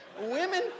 Women